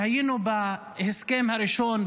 כשהיינו בהסכם הראשון,